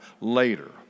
later